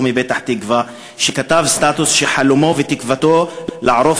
הוא מפתח-תקווה והוא כתב סטטוס שחלומו ותקוותו לערוף